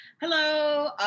Hello